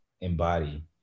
embody